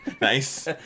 nice